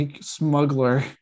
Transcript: smuggler